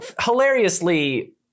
hilariously